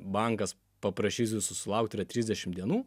bankas paprašys jūsų sulaukt yra trisdešim dienų